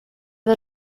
del